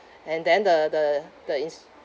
and then the the the ins~